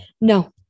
No